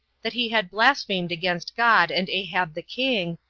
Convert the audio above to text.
that he had blasphemed against god and ahab the king,